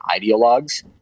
ideologues